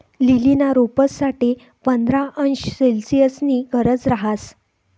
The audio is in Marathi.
लीलीना रोपंस साठे पंधरा अंश सेल्सिअसनी गरज रहास